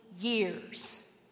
years